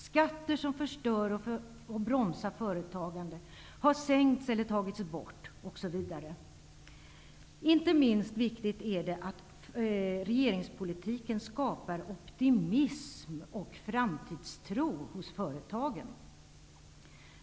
Skatter som förstör och bromsar företagande har sänkts eller tagits bort, osv. Inte minst viktigt är det att regeringspolitiken skapar optimism och framtidstro hos företagen.